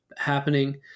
happening